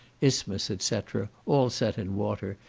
isthmus, et cetera, all set in water,